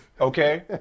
Okay